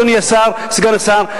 אדוני סגן השר,